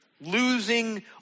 losing